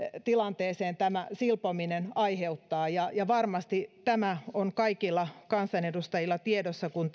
tilanteeseen tämä silpominen aiheuttaa varmasti tämä on kaikilla kansanedustajilla tiedossa kun